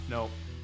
Nope